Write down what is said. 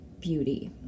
beauty